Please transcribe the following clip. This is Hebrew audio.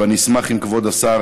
ואני אשמח אם כבוד השר